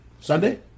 Sunday